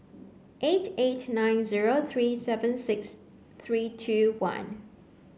eight eight nine zero three seven six three two one